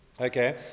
Okay